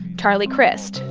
charlie crist,